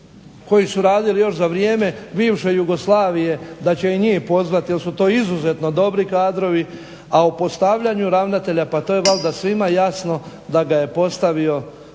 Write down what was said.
koji su radili još za vrijeme bivše Jugoslavije da će i njih pozvati jer su to izuzetno dobri kadrovi, a o postavljanju ravnatelja pa to je valjda svima jasno da ga je postavio